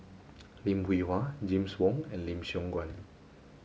Lim Hwee Hua James Wong and Lim Siong Guan